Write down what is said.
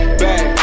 back